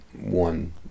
one